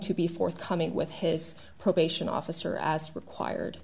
to be forthcoming with his probation officer as required